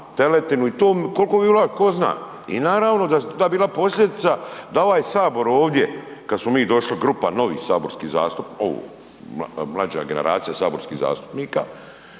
teletinu i kolko vi, ko zna i naravno da je to bila posljedica da ovaj sabor ovdje, kad smo došli, grupa novih saborskih, ovo mlađa generacija saborskih zastupnika,